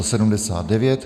79.